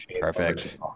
Perfect